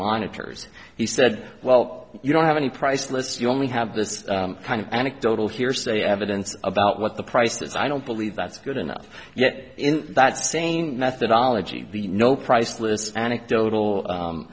monitors he said well you don't have any price lists you only have this kind of anecdotal hearsay evidence about what the price is i don't believe that's good enough yet that's sane methodology the know priceless anecdotal